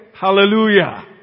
Hallelujah